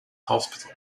hospital